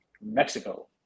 Mexico